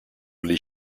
les